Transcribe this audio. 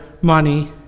money